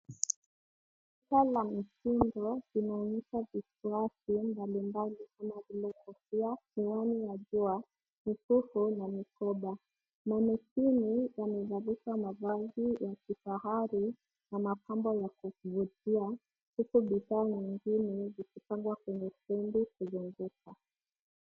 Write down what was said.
Duka la mitindo inaonyesha vifaa vya mbalimbali kamavile kofia, miwani ya jua, mikufu na mikoba. Mannequin yamevalishwa mabegi ya kifahari na mapambo ya kuvutia huku bidhaa nyingine zikipangwa kwenye standi zunguka.